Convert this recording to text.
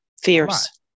Fierce